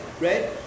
right